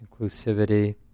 inclusivity